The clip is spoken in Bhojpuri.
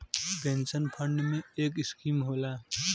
पेन्सन फ़ंड में एक स्कीम होला